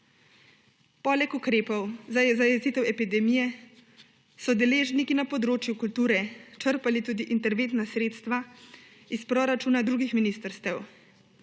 Poleg ukrepov za zajezitev epidemije so deležniki na področju kulture črpali tudi interventna sredstva iz proračuna drugih ministrstev.